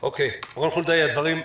אוקיי, רון חולדאי, הדברים ברורים.